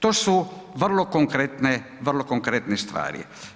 To su vrlo konkretne stvari.